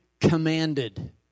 commanded